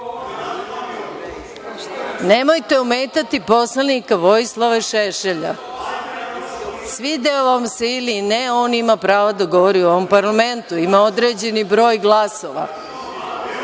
Nemojte ometati poslanika Vojislava Šešelja. Svidelo vam se ili ne, on ima pravo da govori u ovom parlamentu, ima određeni broj glasova.